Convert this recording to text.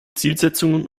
zielsetzungen